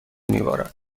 میبارد